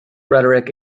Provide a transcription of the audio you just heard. rhetoric